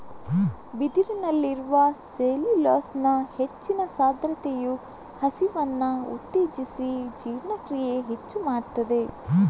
ಬಿದಿರಿನಲ್ಲಿರುವ ಸೆಲ್ಯುಲೋಸ್ನ ಹೆಚ್ಚಿನ ಸಾಂದ್ರತೆಯು ಹಸಿವನ್ನ ಉತ್ತೇಜಿಸಿ ಜೀರ್ಣಕ್ರಿಯೆ ಹೆಚ್ಚು ಮಾಡ್ತದೆ